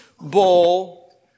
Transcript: bowl